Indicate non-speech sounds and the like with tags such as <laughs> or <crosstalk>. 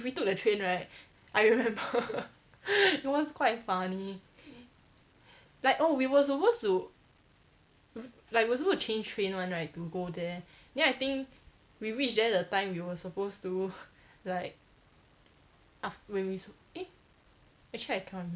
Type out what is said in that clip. if we took the train right I remember <laughs> it was quite funny like oh we were supposed to like we were supposed to change train [one] right to go there then I think we reached there the time we were supposed to like af~ when we eh actually I cannot